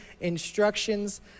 instructions